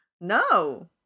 No